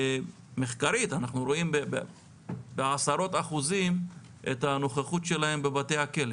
מחקרית אנחנו רואים בעשרות אחוזים את הנוכחות שלהם בבתי הכלא,